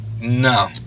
no